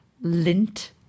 lint